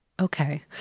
Okay